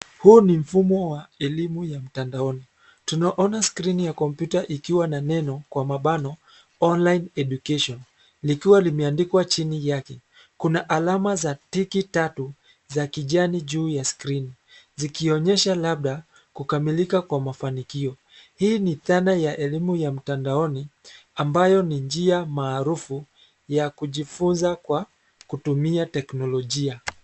Huu ni mfumo wa elimu ya mtandaoni. Tunaona skrini ya kompyuta ikiwa na neno kwa mabano Online Education likiwa limeandikwa chini yake. Kuna alama za tiki tatu za kijani juu ya skrini, zikionysha labda kukamilika kwa mafanikio. Hii ni dhana ya elimu ya mtandaoni ambayo ni njia maarufu ya kujifunza kwa kutumia teknolojia.